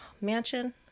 Mansion